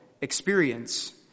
experience